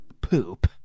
poop